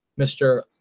Mr